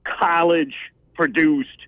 college-produced